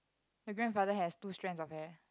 your grandfather has two strands of hair